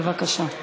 בבקשה.